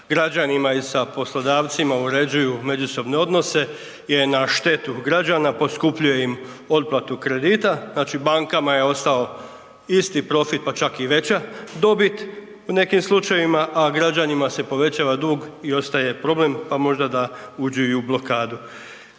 građanima i sa poslodavcima uređuju međusobne odnose je na štetu građana poskupljuje im otplatu kredita, znači bankama je ostao isti profit, pa čak i veća dobit u nekim slučajevima, a građanima se povećava dug i ostaje problem, a možda da uđu i u blokadu.